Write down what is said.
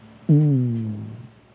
um